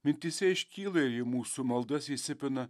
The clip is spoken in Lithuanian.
mintyse iškyla į mūsų maldas įsipina